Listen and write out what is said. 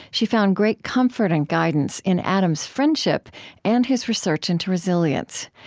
she found great comfort and guidance in adam's friendship and his research into resilience.